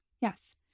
Yes